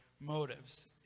motives